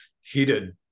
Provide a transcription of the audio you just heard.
heated